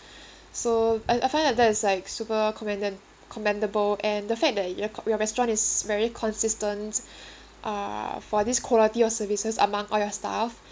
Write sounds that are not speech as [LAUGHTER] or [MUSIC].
[BREATH] so I I find that that is like super commenda~ commendable and the fact that your co~ your restaurant is very consistent [BREATH] uh for this quality of services among all your staff